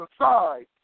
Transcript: aside